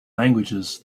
languages